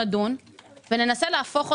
אם נעלה את שכר המינימום,